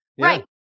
Right